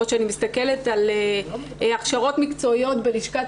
או כשאני מסתכלת על הכשרות מקצועיות בלשכת